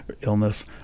illness